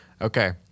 Okay